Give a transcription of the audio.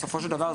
בסופו של דבר,